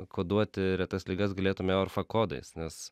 koduoti retas ligas galėtume orfa kodais nes